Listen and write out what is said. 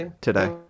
today